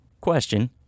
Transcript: question